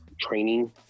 training